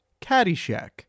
Caddyshack